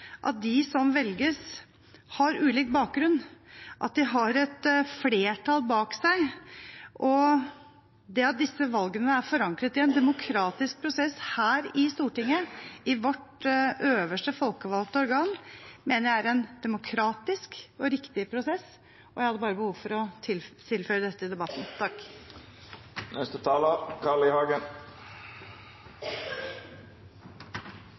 at de som velges, har ulik bakgrunn. At de har et flertall bak seg, og at disse valgene er forankret i en demokratisk prosess her på Stortinget, i vårt øverste folkevalgte organ, mener jeg er en demokratisk og riktig prosess. Jeg hadde bare behov for å tilføye dette i debatten.